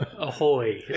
Ahoy